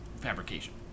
fabrication